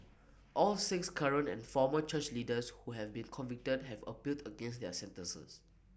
all six current and former church leaders who have been convicted have appealed against their sentences